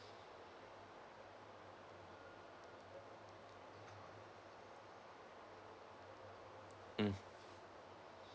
mm